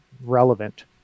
relevant